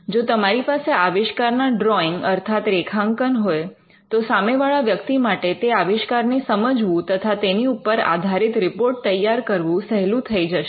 જો તમારી પાસે આવિષ્કાર ના ડ્રોઈંગ અર્થાત રેખાંકન હોય તો સામેવાળા વ્યક્તિ માટે તે આવિષ્કાર ને સમજવું તથા તેની ઉપર આધારિત રિપોર્ટ તૈયાર કરવું સહેલું થઇ જશે